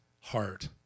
heart